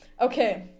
Okay